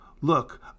Look